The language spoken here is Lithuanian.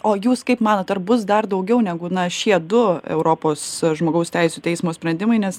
o jūs kaip manot ar bus dar daugiau negu na šie du europos žmogaus teisių teismo sprendimai nes